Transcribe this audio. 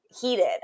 heated